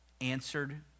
answered